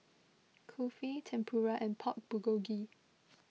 Kulfi Tempura and Pork Bulgogi